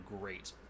great